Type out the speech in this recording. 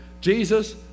Jesus